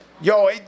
yo